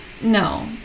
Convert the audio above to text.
no